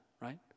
right